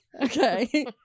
Okay